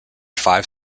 five